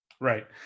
Right